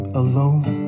alone